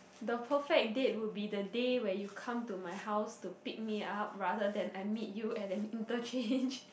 the perfect date would be the day where you come to my house to pick me up rather than I meet you at an interchange